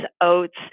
oats